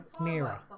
nearer